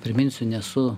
priminsiu nesu